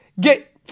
get